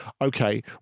okay